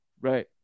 Right